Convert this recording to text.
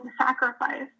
sacrifice